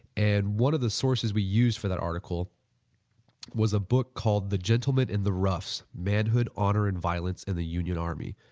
and one of the sources that we used for that article was a book called the gentleman and the roughs manhood, honor, and violence in the union army,